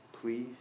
Please